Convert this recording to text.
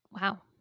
Wow